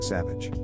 Savage